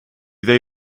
they